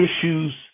issues